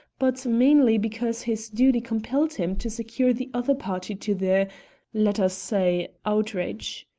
but mainly because his duty compelled him to secure the other party to the let us say, outrage.